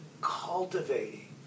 cultivating